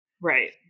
Right